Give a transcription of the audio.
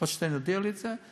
רוטשטיין הודיע לי את זה.